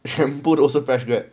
全部都是 fresh grad